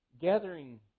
Gathering